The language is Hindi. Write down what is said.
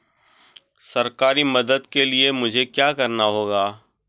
सरकारी मदद के लिए मुझे क्या करना होगा?